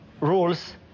rules